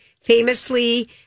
Famously